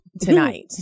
tonight